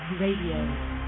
Radio